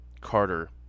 Carter